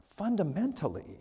fundamentally